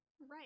right